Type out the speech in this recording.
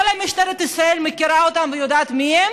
משטרת ישראל מכירה אותם ויודעת מי הם,